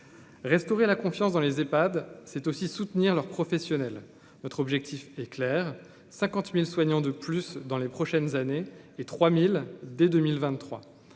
restaurer la confiance dans les EPHAD c'est aussi soutenir leur professionnel, notre objectif est clair : 50000 soignants de plus dans les prochaines années et 3000 dès 2023,